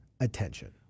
attention